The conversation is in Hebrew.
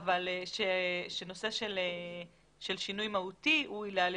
- שנושא של שינוי הוא עילה לביטול.